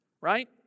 right